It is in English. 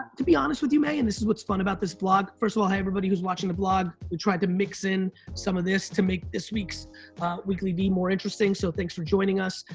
to be honest with you may, and this is what's fun about this vlog. first of all, hey everybody who's watching the vlog. we tried to mix in some of this to make this week's weeklyvee more interesting, so thanks for joining us.